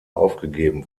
aufgegeben